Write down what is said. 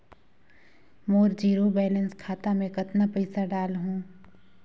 मोर zero balance खाता मे कतना पइसा डाल हूं?